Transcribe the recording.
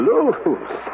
Lose